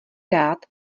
rád